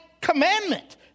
commandment